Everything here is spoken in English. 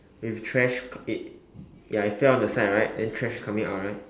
with trash it ya it fell on the side right and trash coming out right